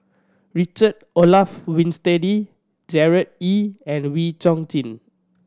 Richard Olaf Winstedt Gerard Ee and Wee Chong Jin